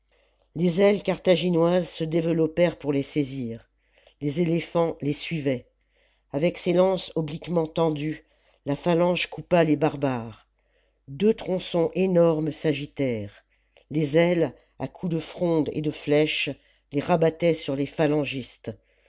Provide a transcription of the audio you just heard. les ailes carthaginoises se développèrent pour les saisir les éléphants les suivaient avec ses lances obliquement tendues la phalange coupa les barbares deux tronçons énormes s'agitèrent les ailes à coups de fronde et de flèche les rabattaient sur les phalangistes